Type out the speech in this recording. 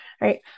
right